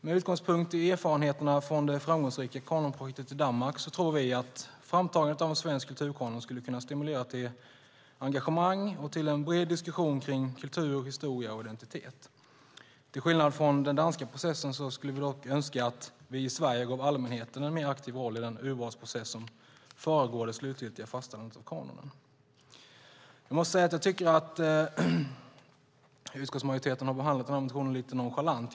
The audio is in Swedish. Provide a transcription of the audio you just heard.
Med utgångspunkt i erfarenheterna från det framgångsrika kanonprojektet i Danmark tror vi att framtagandet av en svensk kulturkanon skulle stimulera till engagemang och en bred diskussion om kultur, historia och identitet. Till skillnad från den danska processen skulle vi önska att vi i Sverige gav allmänheten en mer aktiv roll i den urvalsprocess som föregår det slutgiltiga fastställandet av denna kanon. Utskottsmajoriteten har behandlat motionen lite nonchalant.